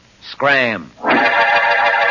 Scram